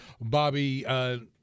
Bobby